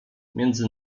między